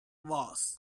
was